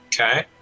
Okay